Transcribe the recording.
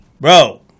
Bro